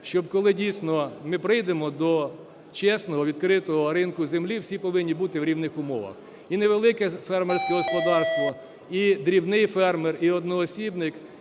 щоб коли, дійсно, ми прийдемо до чесного, відкритого ринку землі, всі повинні бути в рівних умовах: і невелике фермерське господарство, і дрібний фермер, і одноосібник,